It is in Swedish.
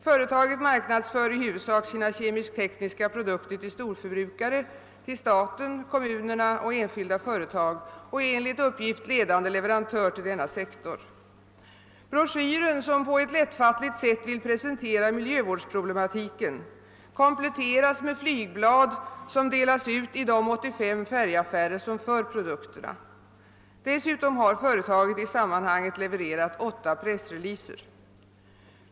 Företaget: marknadsför i huvudsak sina kemisk-tekniska produkter till storförbrukare: staten, kommuner och enskilda företag, och är enligt uppgift ledande leverantör till denna sektor. Broschyren som på ett lättfattligt sätt vill presentera miljövårdsproblematiken kompletteras med flygblad som delas ut i de 85 färgaffärer som för produkterna. Dessutom har företaget i sammanhanget levererat åtta pressreleaser.